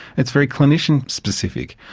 it's very clinician specific.